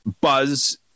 buzz